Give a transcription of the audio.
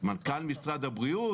מנכ"ל משרד הבריאות?